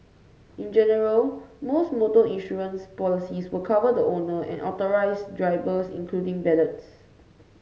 in general most motor insurance policies will cover the owner and authorised drivers including valets